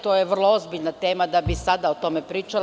To je vrlo ozbiljna tema da bi sada o tome pričala.